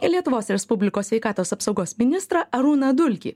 lietuvos respublikos sveikatos apsaugos ministrą arūną dulkį